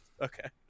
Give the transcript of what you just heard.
Okay